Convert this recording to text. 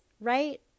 right